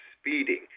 speeding